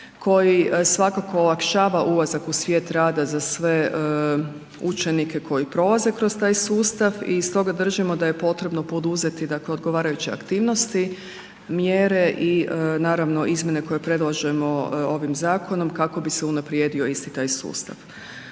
koji svakako olakšava ulazak u svijet rada za sve učenike koji prolaze kroz taj sustav i stoga držimo da je potrebo poduzeti odgovarajuće aktivnosti, mjere i naravno, izmjene koje predlažemo ovim zakonom kako bi se unaprijedio isti taj sustav.